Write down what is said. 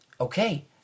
okay